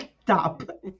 Stop